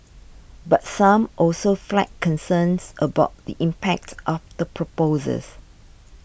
but some also flagged concerns about the impact of the proposals